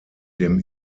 dem